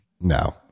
No